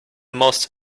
most